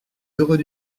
heureux